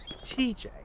TJ